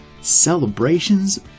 Celebrations